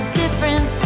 different